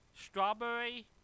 Strawberry